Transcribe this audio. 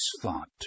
thought